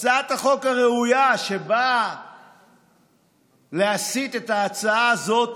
הצעת החוק הראויה, שבאה להסיט את ההצעה הזאת,